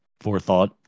forethought